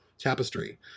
tapestry